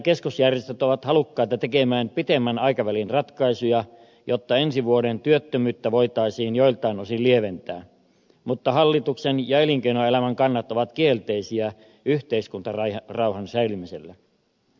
palkansaajakeskusjärjestöt ovat halukkaita tekemään pitemmän aikavälin ratkaisuja jotta ensi vuoden työttömyyttä voitaisiin joiltain osin lieventää mutta hallituksen ja elinkeinoelämän kannat ovat kielteisiä yhteiskuntarauhan säilymiselle